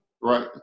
right